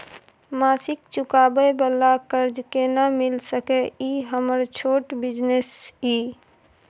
मासिक चुकाबै वाला कर्ज केना मिल सकै इ हमर छोट बिजनेस इ?